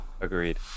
agreed